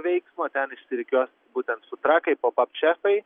veiksmo ten išsirikiuos būtent sutrakai pabapčekai